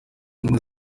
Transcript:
ubumwe